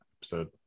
episode